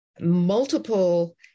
multiple